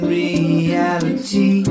reality